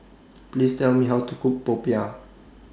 Please Tell Me How to Cook Popiah